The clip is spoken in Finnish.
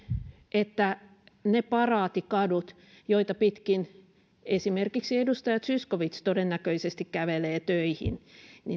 että ne paraatikadut joita pitkin esimerkiksi edustaja zyskowicz todennäköisesti kävelee töihin